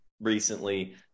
recently